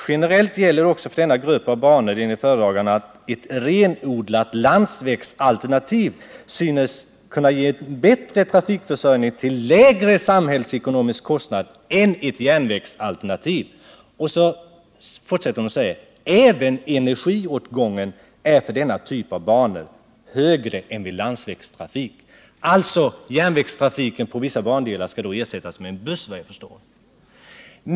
Generellt gäller också för denna grupp av bandelar enligt föredraganden att ett renodlat landsvägsalternativ synes kunna ge en bättre trafikförsörjning till lägre samhällsekonomisk kostnad än ett järnvägsalternativ. Det heter också i utskottsbetänkandets referat av propositionen: ”Även energiåtgången är för denna typ av banor högre än vid landsvägstrafik.” — Alltså skall järnvägstrafiken på vissa bandelar ersättas med buss, såvitt jag förstår.